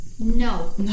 No